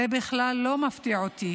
זה בכלל לא מפתיע לא אותי